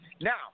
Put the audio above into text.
Now